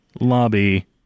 lobby